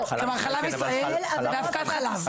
כלומר חלב ישראל ואבקת חלב.